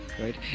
right